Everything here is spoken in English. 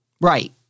Right